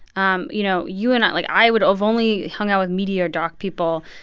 um you know, you and i like, i would have only hang out with media doc people.